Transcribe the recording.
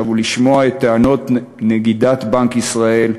הוא לשמוע את טענות נגידת בנק ישראל,